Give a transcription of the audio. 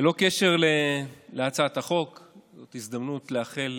ללא קשר להצעת החוק זאת הזדמנות לאחל